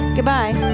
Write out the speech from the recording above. Goodbye